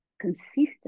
consistent